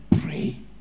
pray